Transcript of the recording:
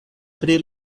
pri